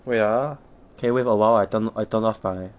wait ah okay wait for awhile I turn I turn off my